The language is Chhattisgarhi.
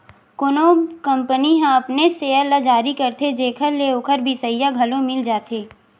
कोनो कंपनी ह अपनेच सेयर ल जारी करथे जेखर ले ओखर बिसइया घलो मिल जाथे